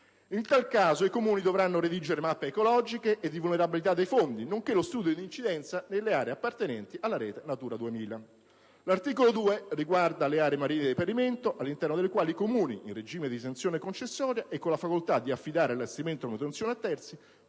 In tal caso i Comuni dovranno redigere mappe ecologiche e di vulnerabilità dei fondali, nonché lo studio di incidenza nelle aree appartenenti alla rete «Natura 2000». L'articolo 2 riguarda le aree marine di reperimento, all'interno delle quali i Comuni, in regime di esenzione concessoria e con la facoltà di affidare l'allestimento e la manutenzione a terzi,